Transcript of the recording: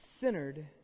centered